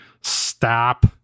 Stop